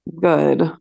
good